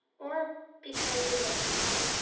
or because he loves god?